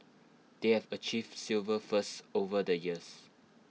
they have achieved silver firsts over the years